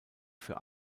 für